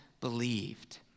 believed